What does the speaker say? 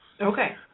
Okay